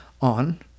on